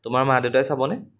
তোমাৰ মা দেউতাই চাবনে